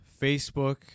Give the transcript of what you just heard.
Facebook